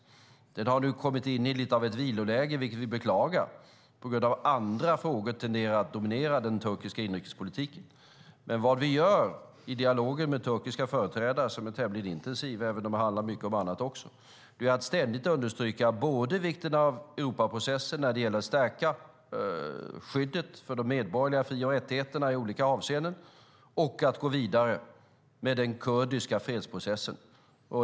Den har nu kommit in i lite av ett viloläge, vilket vi beklagar, på grund av att andra frågor tenderar att dominera den turkiska inrikespolitiken. Men vad vi gör i dialogen med turkiska företrädare - som är tämligen intensiv även om den handlar mycket om annat också - är att ständigt både understryka vikten av Europaprocessen när det gäller att stärka skyddet för de medborgerliga fri och rättigheterna i olika avseenden och att gå vidare med den kurdiska fredsprocessen.